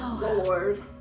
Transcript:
Lord